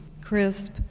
crisp